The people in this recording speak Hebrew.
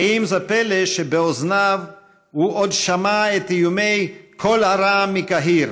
האם זה פלא שבאוזניו הוא עוד שמע את איומי "קול הרעם מקהיר"